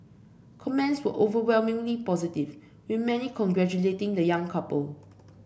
comments were overwhelmingly positive with many congratulating the young couple